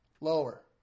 Lower